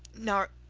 no